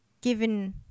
given